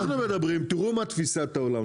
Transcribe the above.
תראו מהי תפיסת העולם.